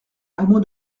hameau